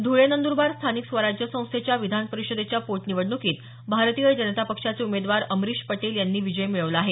ध्रळे नंदरबार स्थानिक स्वराज संस्थेच्या विधान परिषदेच्या पोटनिवडणुकीत भारतीय जनता पक्षाचे उमेदवार अमरीश पटेल यांनी विजय मिळवला आहे